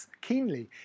keenly